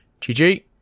gg